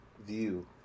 view